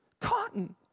cotton